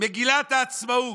מגילת העצמאות,